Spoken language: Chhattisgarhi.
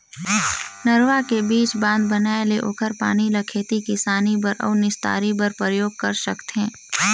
नरूवा के बीच मे बांध बनाये ले ओखर पानी ल खेती किसानी बर अउ निस्तारी बर परयोग कर सकथें